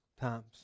times